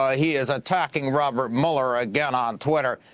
ah he is attacking robert mueller again on twitter.